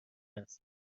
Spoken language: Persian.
است